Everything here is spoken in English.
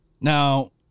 Now